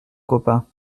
copain